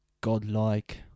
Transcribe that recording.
godlike